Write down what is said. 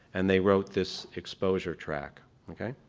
and they wrote this exposure track. okay?